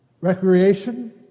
recreation